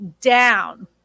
down